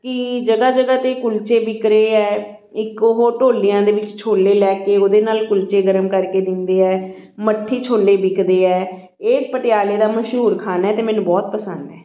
ਕਿ ਜਗ੍ਹਾ ਜਗ੍ਹਾ 'ਤੇ ਕੁਲਚੇ ਵਿਕ ਰਹੇ ਹੈ ਇੱਕ ਉਹ ਢੋਲੀਆਂ ਦੇ ਵਿੱਚ ਛੋਲੇ ਲੈ ਕੇ ਉਹਦੇ ਨਾਲ ਕੁਲਚੇ ਗਰਮ ਕਰਕੇ ਦਿੰਦੇ ਹੈ ਮੱਠੀ ਛੋਲੇ ਵਿਕਦੇ ਹੈ ਇਹ ਪਟਿਆਲੇ ਦਾ ਮਸ਼ਹੂਰ ਖਾਣਾ ਅਤੇ ਮੈਨੂੰ ਬਹੁਤ ਪਸੰਦ ਹੈ